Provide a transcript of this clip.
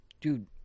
Dude